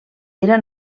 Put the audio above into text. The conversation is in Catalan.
era